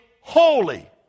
holy